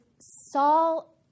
Saul